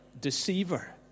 deceiver